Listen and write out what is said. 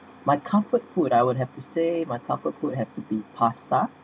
my comfort food I would have to say my comfort food have to be pasta